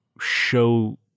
show